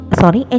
sorry